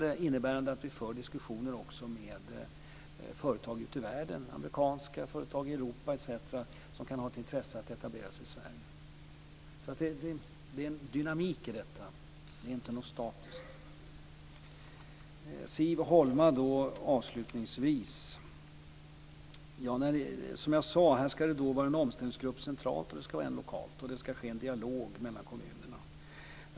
Det innebär att vi för diskussioner också med företag ute i världen, amerikanska företag i Europa etc., som kan ha intresse av att etablera sig i Sverige. Så det finns en dynamik i detta, det är inte någonting statiskt. Avslutningsvis vill jag vända mig till Siv Holma. Som jag sade ska det finnas en central omställningsgrupp och en lokal omställningsgrupp, och det ska ske en dialog mellan kommunerna.